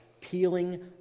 peeling